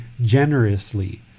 generously